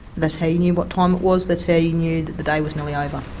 that's how you knew what time was, that's how you knew that the day was nearly over.